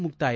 ಮುಕ್ತಾಯ